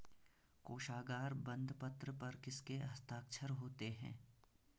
कोशागार बंदपत्र पर किसके हस्ताक्षर होते हैं?